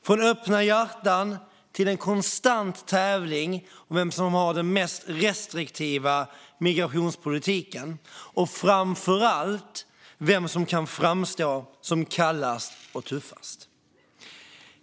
Från öppna hjärtan till en konstant tävling om vem som har den mest restriktiva migrationspolitiken och framför allt vem som kan framstå som kallast och tuffast.